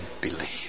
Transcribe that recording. believe